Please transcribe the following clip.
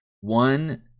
one